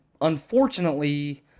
unfortunately